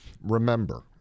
Remember